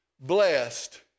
blessed